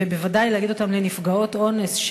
ובוודאי להגיד אותם לנפגעות אונס,